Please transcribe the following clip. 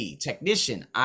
technician